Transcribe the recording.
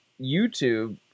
youtube